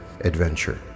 adventure